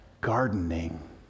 gardening